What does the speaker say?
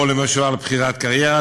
או למשל בחירת קריירה,